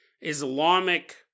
Islamic